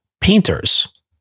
painters